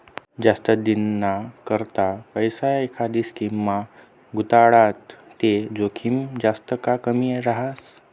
जास्त दिनना करता पैसा एखांदी स्कीममा गुताडात ते जोखीम जास्त का कमी रहास